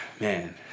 man